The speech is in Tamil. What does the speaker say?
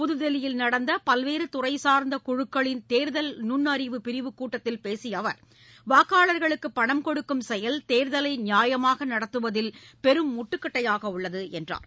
புதுதில்லியில் நடந்தபல்வேறுதுறைசார்ந்தகுழுக்களின் தேர்தல் நுண்ணறிவுப் பிரிவு கூட்டத்தில் பேசியஅவர் வாக்காளர்களுக்குபணம் கொடுக்கும் செயல் தேர்தலைநியாயமாகநடத்துவதில் பெரும் முட்டுக்கட்டையாகஉள்ளதுஎன்றுகூறினார்